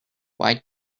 why